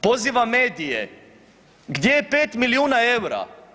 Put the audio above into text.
Pozivam medije, gdje je 5 milijuna EUR-a?